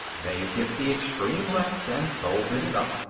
they hit the extreme left and folded it up,